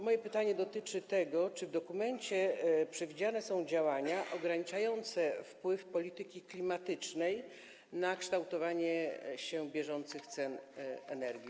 Moje pytanie dotyczy tego, czy w dokumencie przewidziane są działania ograniczające wpływ polityki klimatycznej na kształtowanie się bieżących cen energii.